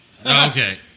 Okay